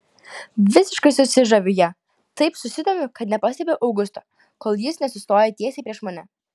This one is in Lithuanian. visiškai susižaviu ja taip susidomiu kad nepastebiu augusto kol jis nesustoja tiesiai prieš mane